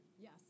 Yes